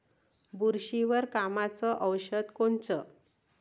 बुरशीवर कामाचं औषध कोनचं?